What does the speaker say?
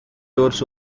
doors